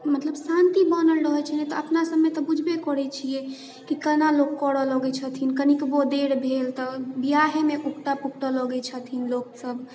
मतलब शान्ति बनल रहैत छै नहि तऽ अपना सबमे तऽ बुझबे करैत छिऐ की केना लोक करऽ लगैत छथिन कनिको देर भेल तऽ बिआहेमे ओकटऽ पोकटऽ लगैत छथिन लोकसब